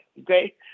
okay